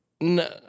No